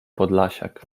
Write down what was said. podlasiak